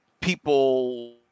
People